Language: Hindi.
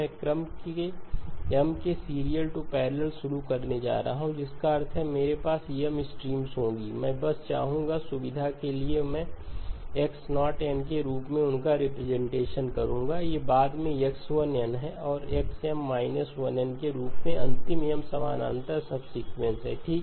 मैं क्रम M के सीरियल टू पैरलल शुरू करने जा रहा हूँ जिसका अर्थ है कि मेरे पास M स्ट्रीम्स होंगी मैं बस चाहूँगा सुविधा के लिए मैं X0 n के रूप में उनका रिप्रेजेंटेशन करूँगा ये बाद के X1 n हैं और XM 1 n के रूप में अंतिम M समानांतर सबसीक्वेंस है ठीक